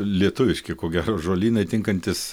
lietuviški ko gero žolynai tinkantys